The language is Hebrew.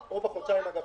---- או בחודשיים שאחריה.